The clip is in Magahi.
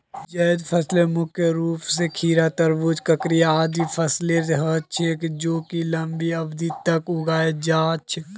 जैद फसलत मुख्य रूप स खीरा, तरबूज, ककड़ी आदिर फसलेर ह छेक जेको लंबी अवधि तक उग छेक